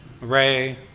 Ray